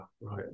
right